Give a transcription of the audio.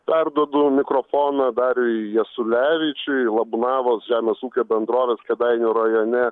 perduodu mikrofoną dariui jasulevičiui labūnavos žemės ūkio bendrovės kėdainių rajone